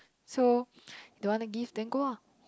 so they want to give then go on